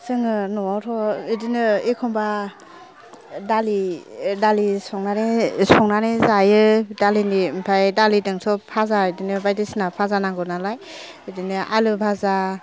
जोङो न'आवथ' बिदिनो एखमबा दालि संनानै जायो दालिनि ओमफ्राय दालिजों सब बाजा बिदिनो बायदिसिना बाजा नांगौ नालाय बिदिनो आलु बाजा